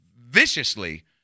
viciously